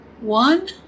One